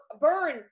burn